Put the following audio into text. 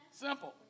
Simple